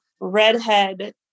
redhead